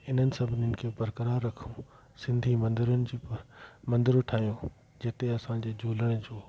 हिननि सभिनीनि खे बरक़रारु रखिणो सिंधी मंदरुनि जी ब मंदरूं ठाहियूं जिते असांजे झूलण जो